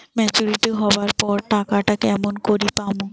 Maturity হবার পর টাকাটা কেমন করি পামু?